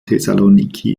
thessaloniki